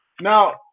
Now